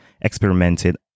experimented